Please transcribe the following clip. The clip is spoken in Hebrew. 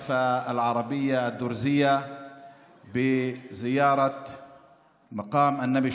הערבית הדרוזית לרגל ביקור מתחם הנבי